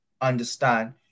understand